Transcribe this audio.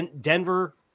Denver